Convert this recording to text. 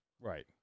Right